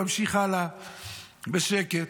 ממשיך הלאה בשקט.